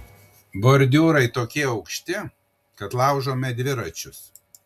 bordiūrai tokie aukšti kad laužome dviračius